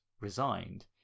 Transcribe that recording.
resigned